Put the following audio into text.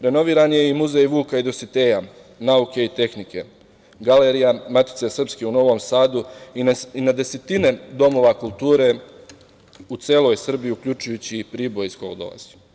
Renoviran je i muzej Vuka i Dositeja, nauke i tehnike, Galerija Matice srpske u Novom Sadu i na desetine domova kulture u celoj Srbiji, uključujući i Priboj iz kog dolazim.